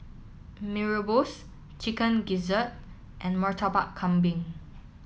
Mee Rebus Chicken Gizzard and Murtabak Kambing